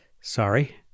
sorry